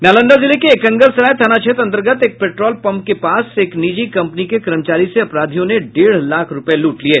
नालंदा जिले के एकंगरसराय थाना क्षेत्र अंतर्गत एक पेट्रोल पंप के पास एक निजी कंपनी के कर्मचारी से अपराधियों ने डेढ़ लाख रूपये लूट लिये